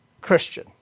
Christian